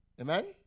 Amen